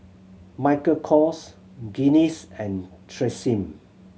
Michael Kors Guinness and Tresemme